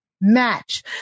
match